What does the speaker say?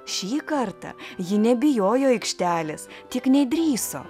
šį kartą ji nebijojo aikštelės tik nedrįso